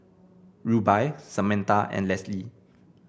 Rubye Samantha and Lesli